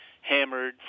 hammered